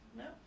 no